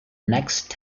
next